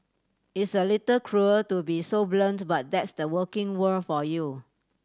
it's a little cruel to be so blunt but that's the working world for you